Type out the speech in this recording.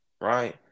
Right